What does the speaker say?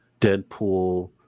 deadpool